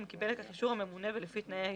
אם קיבל לכך אישור הממונה ולפי תנאי האישור.